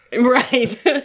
Right